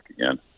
again